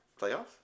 playoffs